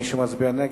מי שמצביע נגד,